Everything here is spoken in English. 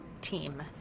team